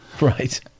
Right